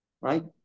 right